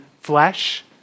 flesh